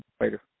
Later